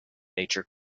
nature